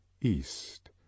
east